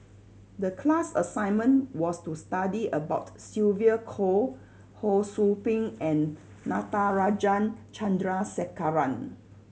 the class assignment was to study about Sylvia Kho Ho Sou Ping and Natarajan Chandrasekaran